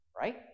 Right